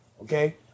Okay